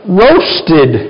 roasted